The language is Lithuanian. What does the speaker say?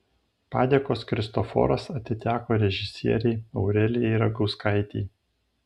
padėkos kristoforas atiteko režisierei aurelijai ragauskaitei